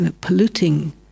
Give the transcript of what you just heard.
polluting